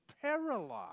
paralyzed